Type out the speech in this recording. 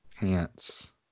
pants